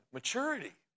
maturity